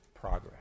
progress